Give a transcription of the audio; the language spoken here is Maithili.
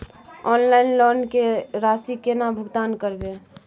ऑनलाइन लोन के राशि केना भुगतान करबे?